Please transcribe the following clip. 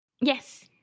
Yes